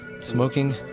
smoking